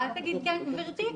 ואל תגיד "כן גברתי",